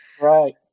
right